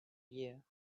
year